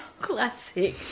Classic